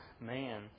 man